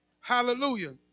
Hallelujah